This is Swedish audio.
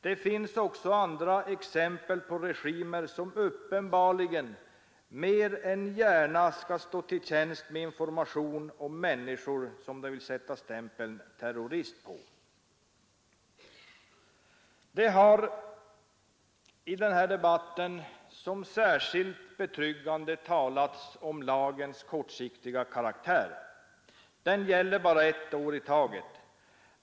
Det finns också andra exempel på regimer som uppenbarligen mer än gärna skulle stå till tjänst med information om människor som de vill sätta stämpeln ”terrorist” på. Det har i den här debatten som särskilt betryggande talats om lagens kortsiktiga karaktär — den gäller ju bara ett år i taget.